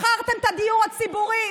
מכרתם את הדיור הציבורי,